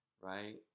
Right